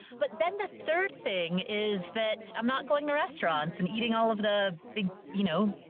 but then the third thing is that i'm not going to restaurants and eating all of the big, you know.